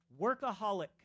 Workaholic